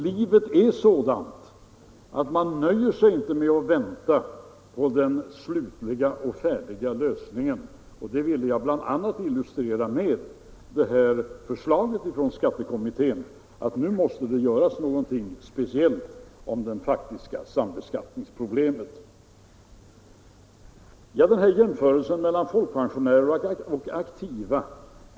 Livet är sådant — man nöjer sig inte med att vänta på den slutliga och färdiga lösningen. Detta ville jag bl.a. illustrera med förslaget från skattekommittén om att någonting speciellt måste göras beträffande problemet med den faktiska sambeskattningen. Jag återkommer till den jämförelse mellan folkpensionärer och aktiva som åberopades i debatten.